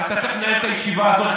אתה צריך לנהל את הישיבה הזאת.